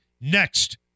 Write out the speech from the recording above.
Next